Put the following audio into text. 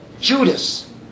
Judas